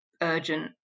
urgent